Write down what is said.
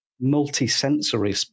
multi-sensory